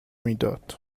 میداد